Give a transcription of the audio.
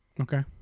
Okay